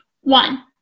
One